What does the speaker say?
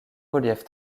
relief